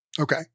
Okay